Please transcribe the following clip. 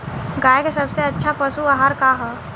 गाय के सबसे अच्छा पशु आहार का ह?